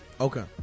Okay